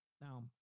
Now